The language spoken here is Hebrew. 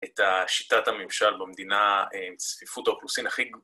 ‫את השיטת הממשל במדינה ‫עם צפיפות האוכלוסין הכי..